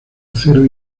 acero